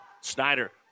Snyder